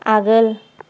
आगोल